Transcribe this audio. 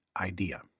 idea